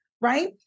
right